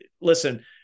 listen